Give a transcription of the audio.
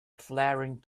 flaring